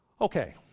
Okay